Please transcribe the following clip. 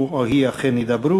הוא או היא אכן ידברו.